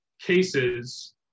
cases